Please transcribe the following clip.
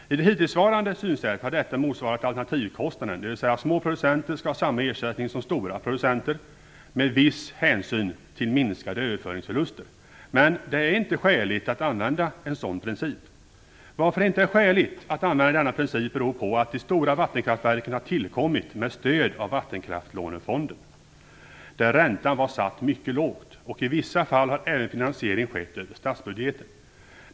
Med hittillsvarande synsätt har detta motsvarat alternativkostnaden, dvs. små producenter skall ha samma ersättning som stora producenter med viss hänsyn till minskade överföringsförluster. Men det är inte skäligt att använda en sådan princip. Varför det inte är skäligt att använda denna princip beror på att det stora vattenkraftverken har tillkommit med stöd av Vattenkraftlånefonden, där räntan var satt mycket lågt, och i vissa fall har även finansieringen skett över statsbudgeten.